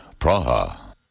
Praha